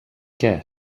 què